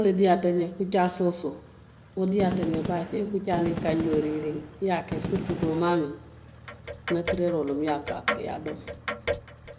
Wo le diyaata n ñe kuccaa soosoo, wo diyaata n ñe baake, i ye kucaa niŋ kanjoo riirii i ye ke sirituu doo maanoo, i ye natureeroo loŋ i ye a ke a kaŋ, i ye a domo.